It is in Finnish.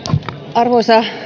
arvoisa